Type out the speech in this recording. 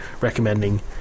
recommending